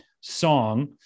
song